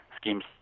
schemes